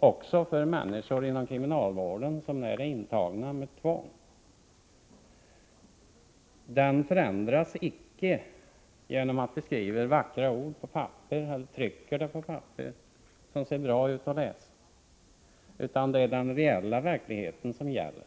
även för människor som är intagna med tvång i kriminalvården, icke förändras genom att vi på papper skriver och trycker vackra ord som ser bra ut att läsa. Det är den reella verkligheten som gäller.